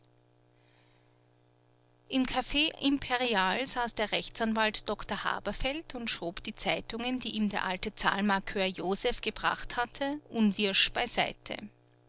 im kaffee imperial saß der rechtsanwalt dr haberfeld und schob die zeitungen die ihm der alte zahlmarkör josef gebracht hatte unwirsch beiseite